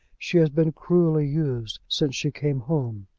she has been cruelly used since she came home.